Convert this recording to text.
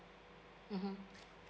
mmhmm